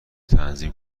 تنظیم